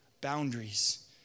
boundaries